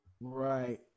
Right